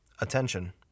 Attention